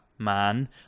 Man